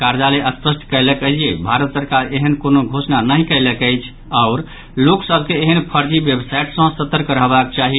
कार्यालय स्पष्ट कयलक अछि जे भारत सरकार एहेन कोनो घोषणा नहि कयलक अछि आओर लोक सभ के एहेन फर्जी वेबसाइट सँ सतर्क रहबाक चाही